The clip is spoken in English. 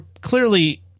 clearly